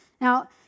Now